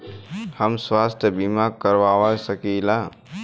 हम स्वास्थ्य बीमा करवा सकी ला?